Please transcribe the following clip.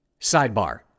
Sidebar